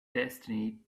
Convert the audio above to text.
destiny